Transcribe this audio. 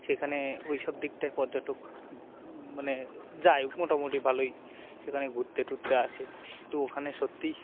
সেখানে ওই সব দিকটায় পর্যটক মানে যায় মোটামুটি ভালোই সেখানে ঘুরতে টুরতে আসে কিন্তু ওখানে সত্যিই